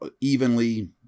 evenly